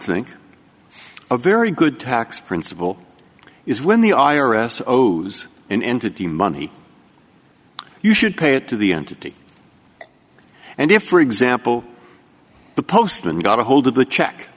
think a very good tax principle is when the i r s owes an entity money you should pay it to the entity and if for example the postman got a hold of the check